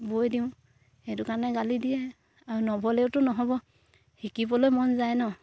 বৈ দিওঁ সেইটো কাৰণে গালি দিয়ে আৰু নব'লেওতো নহ'ব শিকিবলৈ মন যায় ন